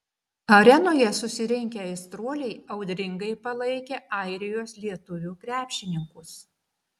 arenoje susirinkę aistruoliai audringai palaikė airijos lietuvių krepšininkus